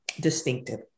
distinctive